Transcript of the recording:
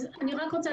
מרגלית,